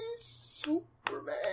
superman